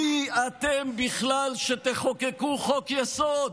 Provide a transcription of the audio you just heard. מי אתם בכלל שתחוקקו חוק-יסוד?